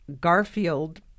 Garfield